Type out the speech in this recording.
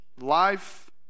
life